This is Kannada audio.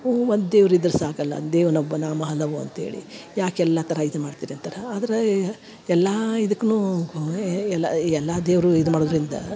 ಊ ಒಂದು ದೇವ್ರ ಇದ್ರ ಸಾಕಲ್ಲ ದೇವನೊಬ್ಬ ನಾಮ ಹಲವು ಅಂತೇಳಿ ಯಾಕೆ ಎಲ್ಲ ಥರ ಇದು ಮಾಡ್ತೀರಿ ಅಂತರ ಆದ್ರ ಎಲ್ಲಾ ಇದಕ್ನು ಅವೆ ಎಲ್ಲ ಎಲ್ಲಾ ದೇವರು ಇದು ಮಾಡುದರಿಂದ